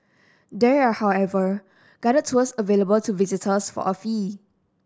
there are however guided tours available to visitors for a fee